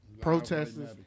protesters